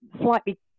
slightly